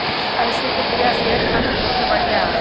अलसी के बिया सेहत खातिर बहुते बढ़िया ह